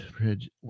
bridge